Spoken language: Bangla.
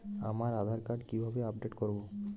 আমার আধার কার্ড কিভাবে আপডেট করব?